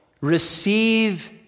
Receive